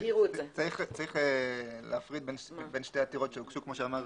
יש להפריד בין שתי עתירות שהוגשו, כפי שאמר